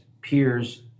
peers